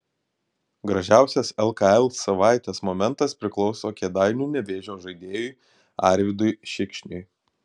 gražiausias lkl savaitės momentas priklauso kėdainių nevėžio žaidėjui arvydui šikšniui